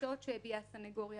החששות שהביעה הסנגוריה